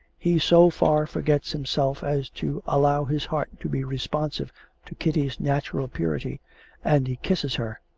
he so far forgets himself as to allow his heart to be responsive to kitty's natural purity and he kisses her,